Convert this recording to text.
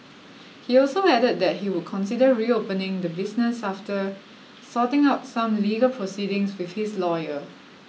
he also added that he would consider reopening the business after sorting out some legal proceedings with his lawyer